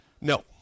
No